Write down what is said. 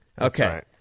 Okay